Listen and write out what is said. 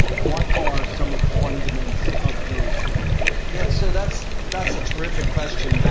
what are some of the fundamentals of those standards? yeah. so that's that's a terrific question. and